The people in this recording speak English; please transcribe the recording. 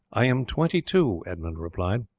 i am twenty-two, edmund replied.